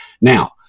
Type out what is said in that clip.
Now